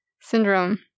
syndrome